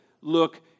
look